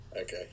Okay